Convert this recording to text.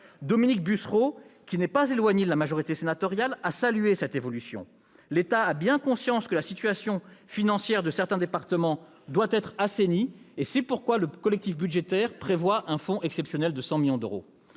Dominique Bussereau, qui n'est pas éloigné de la majorité sénatoriale, a salué cette évolution. L'État a bien conscience que la situation financière de certains départements doit être assainie. C'est pourquoi le collectif budgétaire prévoit un fonds exceptionnel de 100 millions d'euros.